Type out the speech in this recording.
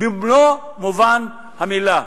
במלוא מובן המלה.